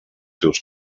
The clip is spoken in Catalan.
seus